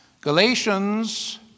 Galatians